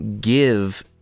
give